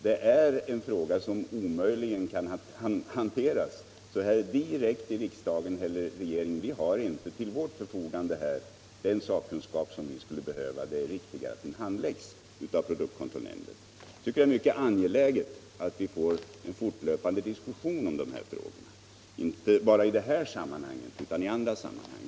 Det är utomordentligt angeläget att vi får en fortlöpande diskussion om de här problemen, inte bara i samband med spravyflaskor utan även 1 andra sammahang.